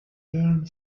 learned